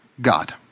God